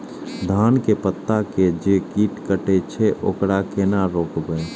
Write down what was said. धान के पत्ता के जे कीट कटे छे वकरा केना रोकबे?